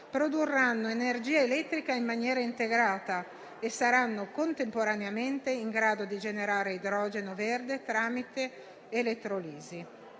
produrranno energia elettrica in maniera integrata e saranno contemporaneamente in grado di generare idrogeno verde tramite elettrolisi;